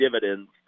dividends